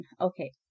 Okay